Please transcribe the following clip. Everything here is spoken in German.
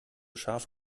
scharf